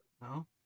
no